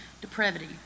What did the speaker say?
depravity